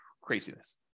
craziness